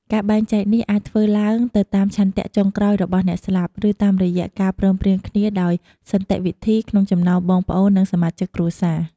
ការបែងចែកនេះអាចធ្វើឡើងទៅតាមឆន្ទៈចុងក្រោយរបស់អ្នកស្លាប់ ឬតាមរយៈការព្រមព្រៀងគ្នាដោយសន្តិវិធីក្នុងចំណោមបងប្អូន និងសមាជិកគ្រួសារ។